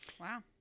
Wow